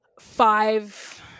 five